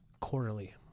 quarterly